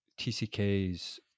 TCKs